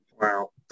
Wow